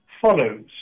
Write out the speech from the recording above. follows